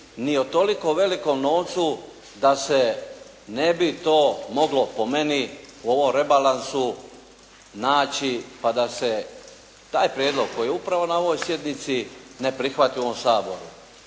ni o toliko velikom novcu da se ne bi to moglo po meni u ovom rebalansu naći pa da se taj prijedlog koji je upravo na ovoj sjednici ne prihvati u ovom Saboru.